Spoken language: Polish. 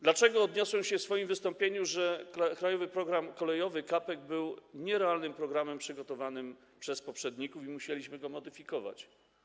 Dlaczego odniosłem się w swoim wystąpieniu do tego, że „Krajowy program kolejowy” był nierealnym programem przygotowanym przez poprzedników i musieliśmy go modyfikować?